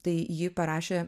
tai ji parašė